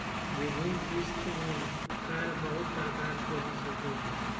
विभिन्न किस्त में कर बहुत प्रकार के हो सको हइ